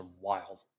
wild